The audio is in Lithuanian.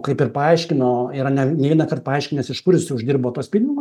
kaip ir paaiškino yra ne neina kad paaiškinęs iš kur jis uždirbo tuos pinigus